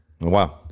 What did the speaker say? Wow